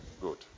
Good